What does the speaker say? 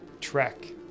trek